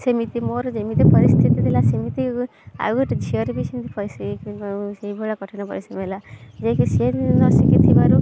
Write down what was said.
ସେମିତି ମୋର ଯେମିତି ପରିସ୍ଥିତି ଥିଲା ଆଉ ଗୋଟେ ଝିଅର ବି ସେମିତି ପରିସ୍ଥିତି ସେଇଭଳିଆ କଠିନ ପରିଶ୍ରମ ହେଲା ଯେକି ସେ ନଶିଖିଥିବାରୁ